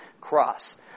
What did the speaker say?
cross